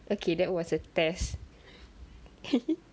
okay that was a test